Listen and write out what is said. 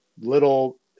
little